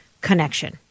connection